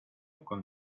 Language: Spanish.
con